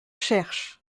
cherche